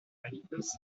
palitos